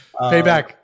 Payback